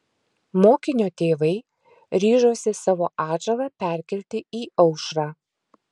mokinio tėvai ryžosi savo atžalą perkelti į aušrą